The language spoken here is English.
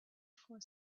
for